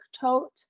tote